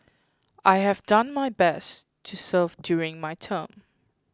I have done my best to serve during my term